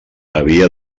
havia